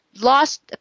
lost